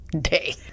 day